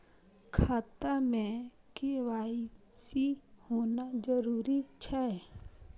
खाता में के.वाई.सी होना जरूरी छै?